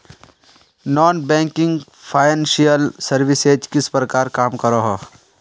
Non banking financial services किस प्रकार काम करोहो?